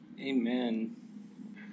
Amen